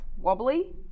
Wobbly